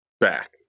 back